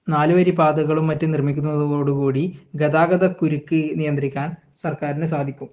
നാലുവരിപ്പാതകളും മറ്റും നിർമ്മിക്കുന്നതോടു കൂടി ഗതാഗത കുരുക്ക് നിയന്ത്രിക്കാൻ സർക്കാരിന് സാധിക്കും